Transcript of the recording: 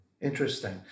Interesting